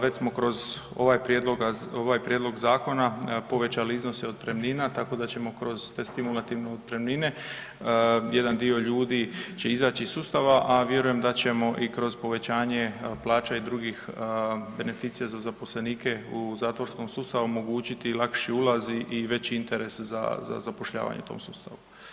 Već smo kroz ovaj prijedlog, ovaj prijedlog zakona povećali iznose otpremnina tako da ćemo kroz te stimulativne otpremnine jedan dio ljudi će izaći iz sustava, a vjerujem da ćemo i kroz povećanje plaća i drugih beneficija za zaposlenike u zatvorskom sustavu omogućiti lakši ulaz i veći interes za zapošljavanje u tom sustavu.